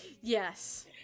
Yes